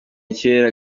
kera